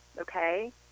Okay